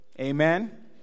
amen